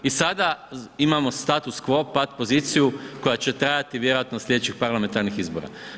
I sada imamo status quo, pat poziciju koja će trajati vjerojatno do sljedećih parlamentarnih izbora.